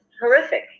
horrific